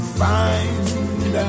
find